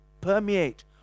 permeate